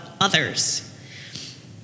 others